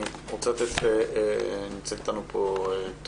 אני רוצה לתת נמצאת איתנו פה טוהר,